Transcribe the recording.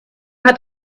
hat